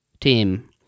team